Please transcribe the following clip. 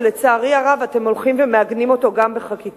ולצערי הרב אתם הולכים ומעגנים גם בחקיקה.